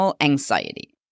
anxiety